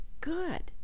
good